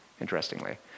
interestingly